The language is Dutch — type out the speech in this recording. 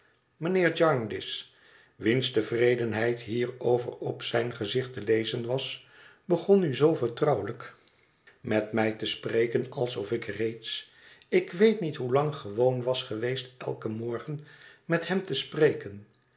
mijnheer jarndyce wiens tevredenheid hierover op zijn gezicht te lezen was begon nu zoo vertrouwelijk met meer thuis op eet verlaten ruis mij te spreken alsof ik reeds ik weet niet hoelang gewoon was geweest eiken morgen met hem te spreken